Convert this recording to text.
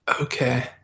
Okay